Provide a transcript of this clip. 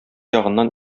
ягыннан